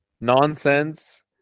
nonsense